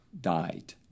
died